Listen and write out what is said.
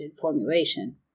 formulation